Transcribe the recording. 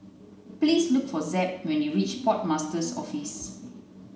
please look for Zeb when you reach Port Master's Office